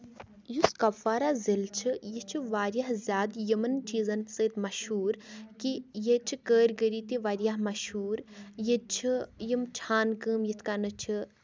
یُس کوپوارا ضلعہٕ چھُ یہِ چھُ واریاہ زیادٕ یِمن چیٖزن سۭتۍ مَشہوٗر کہِ ییٚتہِ چھِ کٲرگٔری تہِ واریاہ مَشہوٗر ییٚتہِ چھِ یِم چھانہٕ کٲم یِتھۍ کٔنۍ چھِ